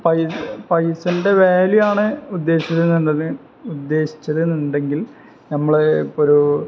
പൈസേൻ്റെ വാല്യു ആണ് ഉദ്ദേശിച്ചത് എന്നുണ്ടെങ്കിൽ നമ്മള് ഇപ്പൊരു